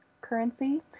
currency